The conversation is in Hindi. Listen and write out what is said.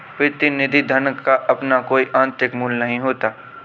प्रतिनिधि धन का अपना कोई आतंरिक मूल्य नहीं होता है